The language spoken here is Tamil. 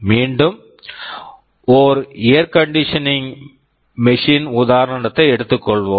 மீண்டும் ஒரு air conditioning Air Conditioning machine machine உதாரணத்தை எடுத்துக்கொள்வோம்